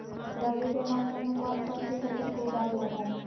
रवि के मौसम में कौन कौन सी फसल को उगाई जाता है?